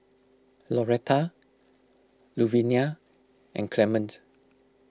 Loretta Luvinia and Clement